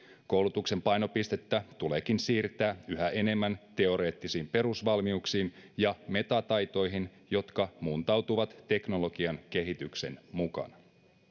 koulutuksen painopistettä tuleekin siirtää yhä enemmän teoreettisiin perusvalmiuksiin ja metataitoihin jotka muuntautuvat teknologian kehityksen mukana